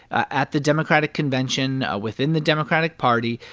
at the democratic convention, ah within the democratic party,